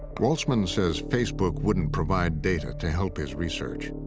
waltzman says facebook wouldn't provide data to help his research.